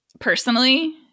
Personally